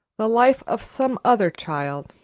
the life of some other child.